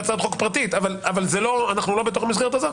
בהצעת חוק פרטית אבל זה לא במסגרת הזאת